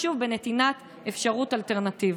נתינת אלטרנטיבה.